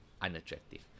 unattractive